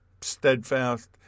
steadfast